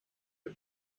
the